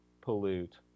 pollute